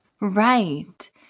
Right